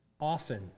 often